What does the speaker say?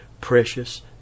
precious